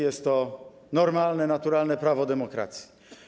Jest to normalne, naturalne prawo demokracji.